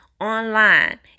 online